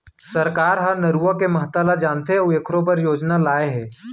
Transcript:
सरकार ह नरूवा के महता ल जानथे अउ एखरो बर योजना लाए हे